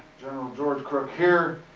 general george crook, here,